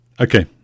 okay